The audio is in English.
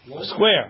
square